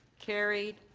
carried.